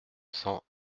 cents